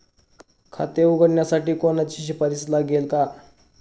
खाते उघडण्यासाठी कोणाची शिफारस लागेल का?